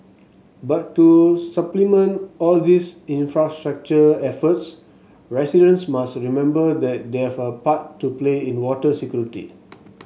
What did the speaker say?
but to supplement all these infrastructure efforts residents must remember that they have a part to play in water security